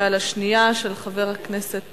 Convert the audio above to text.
והשנייה, של חבר הכנסת